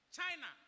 China